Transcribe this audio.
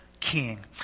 king